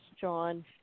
John